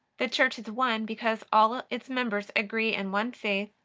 the church is one because all its members agree in one faith,